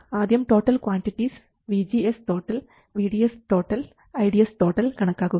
ആദ്യം total quantities VGS VDS ID കണക്കാക്കുക